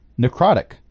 necrotic